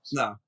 no